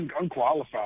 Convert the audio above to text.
unqualified